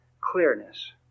clearness